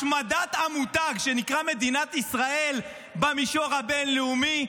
השמדת המותג שנקרא מדינת ישראל במישור הבין-לאומי.